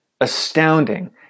astounding